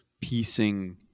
piecing